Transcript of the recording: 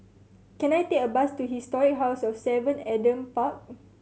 can I take a bus to Historic House of Seven Adam Park